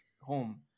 home